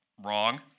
Wrong